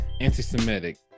anti-Semitic